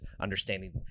understanding